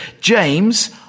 James